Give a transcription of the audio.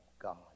God